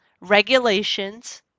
regulations